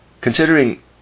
considering